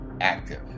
active